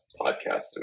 podcast